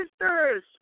sisters